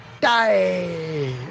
Die